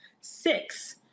six